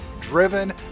Driven